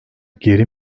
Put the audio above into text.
geri